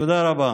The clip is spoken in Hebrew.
תודה רבה.